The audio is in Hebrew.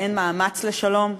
ואין מאמץ לשלום,